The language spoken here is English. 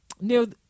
New